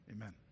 Amen